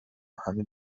همه